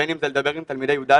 בין אם זה לדבר עם תלמידי י"א